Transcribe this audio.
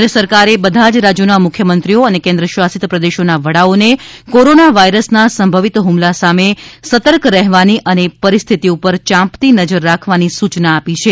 કેન્દ્ર સરકારે બધા જ રાજ્યોના મુખ્યમંત્રીઓ અને કેન્દ્ર શાસિત પ્રદેશોના વડાઓને કોરોના વાઇરસના સંભવિત હુમલા સામે સતર્ક રહેવાની અને પરિસ્થિત ઉપર ચાંપતી નજર રાખવાની સૂચના આપી છે